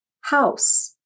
house